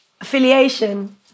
affiliation